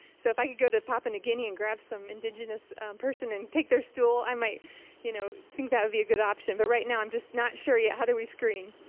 so if i can go to papua new guinea and grab some indigenous person and take their stool, i might you know think that would be a good option but right now i'm just not sure yet how do we screen.